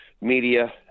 media